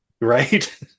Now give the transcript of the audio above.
Right